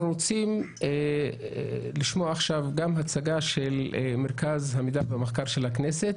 אנחנו רוצים לשמוע עכשיו הצגה של מרכז המידע והמחקר של הכנסת,